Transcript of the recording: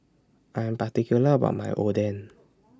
I Am particular about My Oden